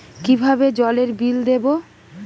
কিভাবে জলের বিল দেবো?